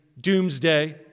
doomsday